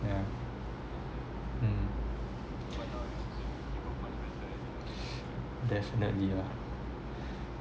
yeah hmm definitely lah